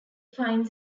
finds